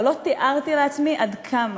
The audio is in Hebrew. אבל לא תיארתי לעצמי עד כמה,